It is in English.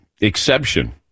exception